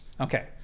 Okay